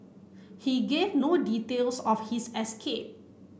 he gave no details of his escape